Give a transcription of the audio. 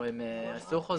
הם עשו חוזה.